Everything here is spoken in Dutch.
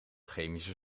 chemische